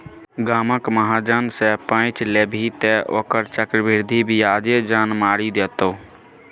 गामक महाजन सँ पैंच लेभी तँ ओकर चक्रवृद्धि ब्याजे जान मारि देतौ